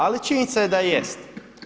Ali činjenica je da jest.